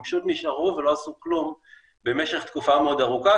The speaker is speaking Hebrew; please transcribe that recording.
הם פשוט נשארו ולא עשו כלום במשך תקופה מאוד ארוכה,